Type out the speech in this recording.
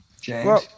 James